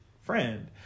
friend